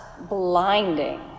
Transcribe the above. blinding